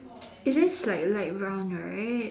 it is like light brown right